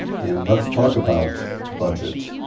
and let's talk about budget.